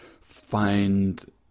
find